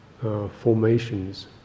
formations